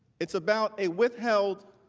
it's about a withheld,